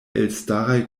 elstaraj